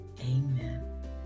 Amen